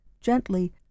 gently